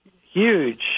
huge